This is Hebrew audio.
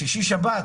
בשישי-שבת,